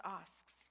asks